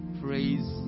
praise